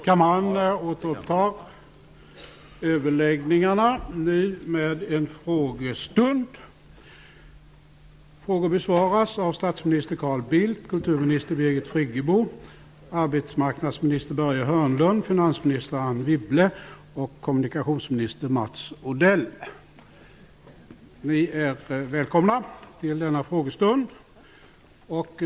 Vi återupptar förhandlingarna med en frågestund. Frågor besvaras av statsminister Carl Bildt, kulturminister Birgit Friggebo, arbetsmarknadsminister Börje Hörnlund, finansminister Anne Wibble och kommunikationsminister Mats Odell. Ni är välkomna till denna frågestund.